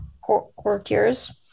courtiers